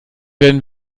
werden